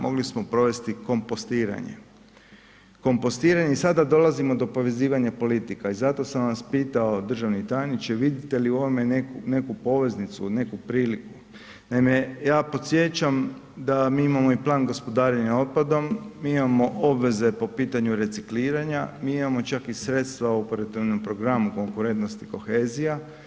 Mogli smo provesti kompostiranje, kompostiranje i sada dolazimo do povezivanja politika i zato sam vas pitao državni tajniče vidite li u ovome neku poveznicu, neku priliku, naime ja podsjećam da mi imamo i plan gospodarenja otpadom, mi imamo obveze po pitanju recikliranja, mi imamo čak i sredstva u Operativnom programu - Konkurentnost i kohezija.